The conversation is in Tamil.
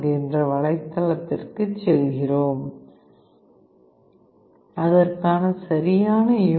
org என்ற வலைத்தளத்திற்குச் செல்கிறோம் அதற்கான சரியான யூ